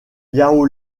yao